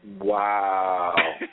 Wow